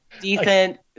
decent